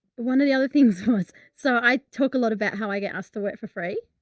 one of the other things was, so i talk a lot about how i get asked to work for free.